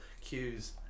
Cues